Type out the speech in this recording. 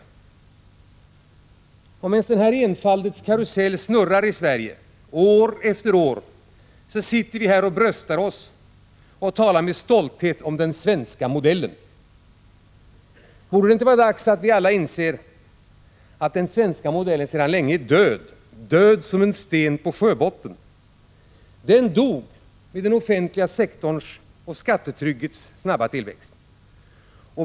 Allt medan denna enfaldens karusell snurrar i Sverige år efter år, sitter vi här och bröstar oss och talar med stolthet om den svenska modellen. Vore det inte dags för oss alla att inse att den svenska modellen sedan länge är död, död som en sten på sjöbotten? Den dog med den offentliga sektorns och skattetryckets snabba tillväxt.